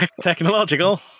Technological